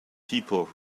people